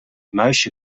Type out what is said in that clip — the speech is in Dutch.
muisje